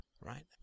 right